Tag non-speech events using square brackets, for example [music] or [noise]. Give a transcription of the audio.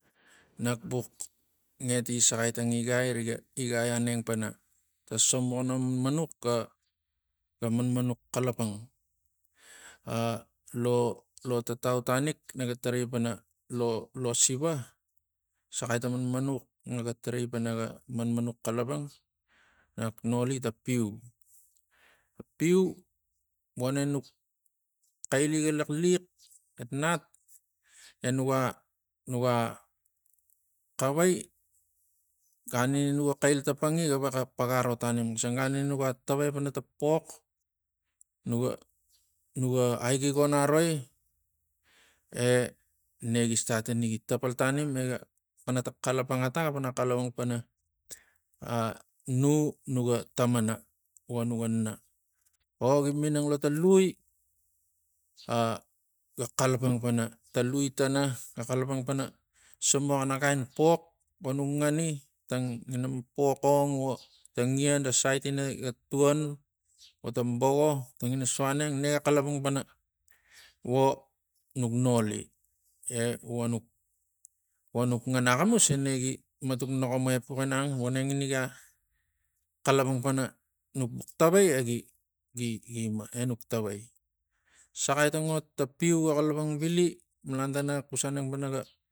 Nak bux nget isaxai tang igai riga igai aneng pama tang sabukang manmanux ga manmanux xalapang? A [hesitation] le tatau tanik na ga tarai pana lo siva saxai tang manmanux naga tarai pana na ga tari pana ga manmanux xalapang nag noli tang piu. Piu voneng nuk xaili ga laxliax nat e nuga nuga xavai gan ina nuga xail tapangi gevexa paga aro tanim xisang gan nug tavai pana tang pox nuga nuga aigigonaroi e ne gi stat ina gi tapal tanim eh ga pana tang xalapang ata pana xalapang pana a nu nuga tamana vo nuga na o gi ming lo ta lui a gi xalapang pana tang lui tana ga xalapang pana sombuxan kai pox vonuk ngani. Tangina pox ong vo tang ian tang sait ina ga tuan vo tang boko tangina so aneng ne ga xalapang vo nuk noli e vonuk ngan axamus e ne gi matuk naxomo epux ginang voneng ina gi xalapang pana nuk tavai e gi- gi- gi gima e nuk tavai saxai tang ot tang piu ga xalapang vili malantana xus aneng pana ga